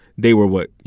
they were what, you